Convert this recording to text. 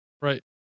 Right